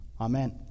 Amen